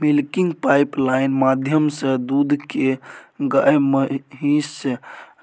milking pipeline माध्यमसँ दुध केँ गाए महीस